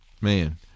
man